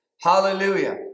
Hallelujah